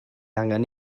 angen